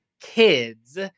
kids